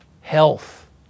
health